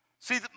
See